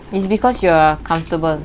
it's because you are comfortable